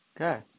Okay